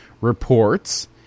reports